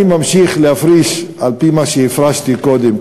ממשיך להפריש על-פי מה שהפרשתי קודם,